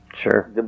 sure